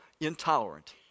intolerant